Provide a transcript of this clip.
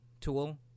tool